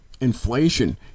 inflation